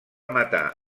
matar